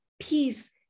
peace